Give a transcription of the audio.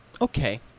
Okay